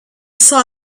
saw